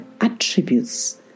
attributes